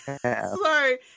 Sorry